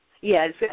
Yes